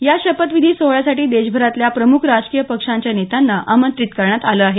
या शपथविधी सोहळ्यासाठी देशभरातल्या प्रम्ख राजकीय पक्षांच्या नेत्यांना आमंत्रित करण्यात आलं आहे